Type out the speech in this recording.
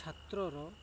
ଛାତ୍ରର